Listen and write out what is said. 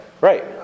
Right